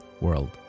world